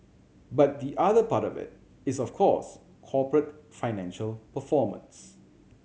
but the other part of it it's of course corporate financial performance